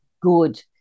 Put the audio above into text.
good